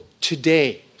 today